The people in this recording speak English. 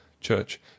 Church